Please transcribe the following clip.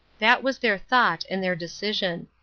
that was their thought and their decision.